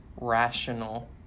rational